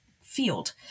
field